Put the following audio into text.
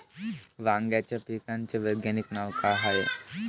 वांग्याच्या पिकाचं वैज्ञानिक नाव का हाये?